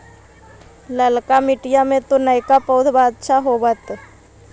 ललका मिटीया मे तो नयका पौधबा अच्छा होबत?